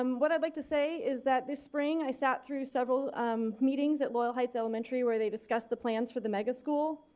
um what i'd like to say is that this spring i sat through several um meetings at loyal heights elementary where they discussed the plans for the mega school.